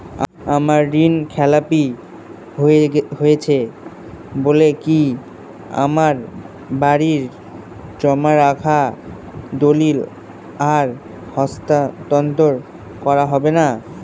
আমার ঋণ খেলাপি হয়েছে বলে কি আমার বাড়ির জমা রাখা দলিল আর হস্তান্তর করা হবে না?